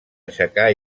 aixecar